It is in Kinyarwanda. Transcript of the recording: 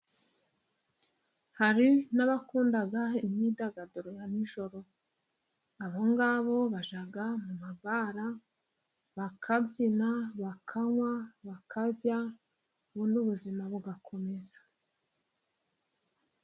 Hari n'abakunda imyidagaduro ya nijoro, abo ngabo bajya mu mabare bakabyina, bakanywa, bakarya, ubuzima bugakomeza.